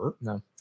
No